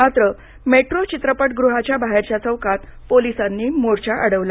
मात्र मेट्रो चित्रपटगृहाच्या बाहेरच्या चौकात पोलिसांनी मोर्चा अडवला